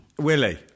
Willie